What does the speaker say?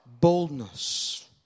Boldness